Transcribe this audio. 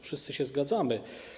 Wszyscy się zgadzamy.